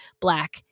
black